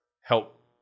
help